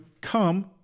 come